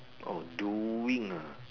oh doing ah